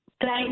Thank